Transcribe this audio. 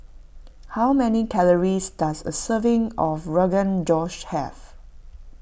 how many calories does a serving of Rogan Josh have